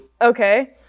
Okay